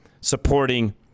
supporting